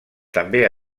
també